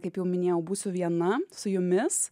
kaip jau minėjau būsiu viena su jumis